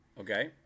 Okay